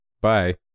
bye